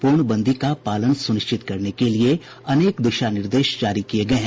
पूर्णबंदी का पालन सुनिश्चित करने के लिए अनेक दिशा निर्देश जारी किए गए हैं